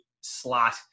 slot